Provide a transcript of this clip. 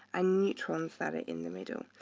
ah neutrons that are in the middle.